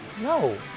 No